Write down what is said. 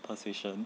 persuasion